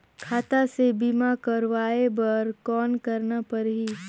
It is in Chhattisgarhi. खाता से बीमा करवाय बर कौन करना परही?